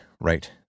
right